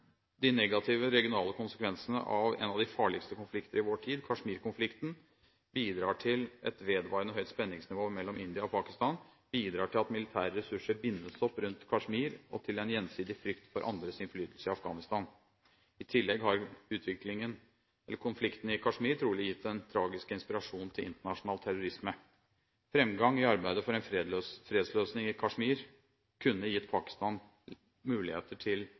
de negative regionale konsekvensene av en av de farligste konflikter i vår tid, Kashmir-konflikten, bidrar til et vedvarende høyt spenningsnivå mellom India og Pakistan, bidrar til at militære ressurser bindes opp rundt Kashmir og til en gjensidig frykt for andres innflytelse i Afghanistan. I tillegg har utviklingen i konflikten i Kashmir trolig gitt en tragisk inspirasjon til internasjonal terrorisme. Framgang i arbeidet for en fredsløsning i Kashmir kunne gitt Pakistan muligheter til